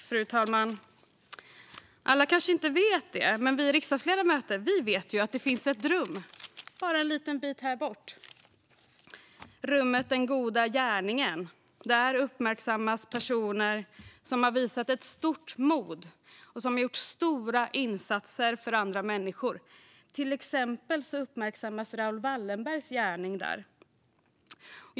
Fru talman! Alla kanske inte vet det, men vi riksdagsledamöter vet att det finns ett rum bara en liten bit härifrån. Det är rummet för den goda gärningen. Där uppmärksammas personer som har visat ett stort mod och som har gjort stora insatser för andra människor. Till exempel uppmärksammas Raoul Wallenbergs gärning där.